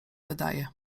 wydaje